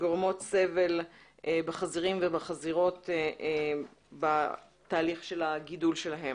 וגורמות סבל לחזירים ולחזירות בתהליך הגידול שלהם.